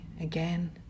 again